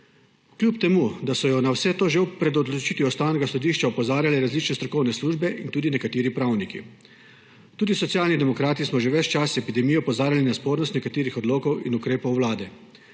kljub temu da so jo na vse to že pred odločitvijo Ustavnega sodišča opozarjale različne strokovne službe in tudi nekateri pravniki. Tudi Socialni demokrati smo že ves čas epidemije opozarjali na spornost nekaterih odlokov in ukrepov Vlade,